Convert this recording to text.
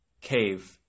cave